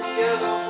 yellow